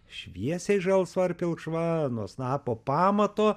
šviesiai žalsva ar pilkšva nuo snapo pamato